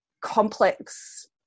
complex